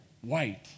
white